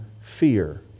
fear